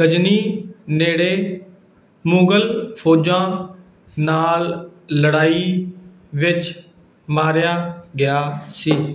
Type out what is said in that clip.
ਗਜ਼ਨੀ ਨੇੜੇ ਮੁਗਲ ਫੌਜਾਂ ਨਾਲ ਲੜਾਈ ਵਿੱਚ ਮਾਰਿਆ ਗਿਆ ਸੀ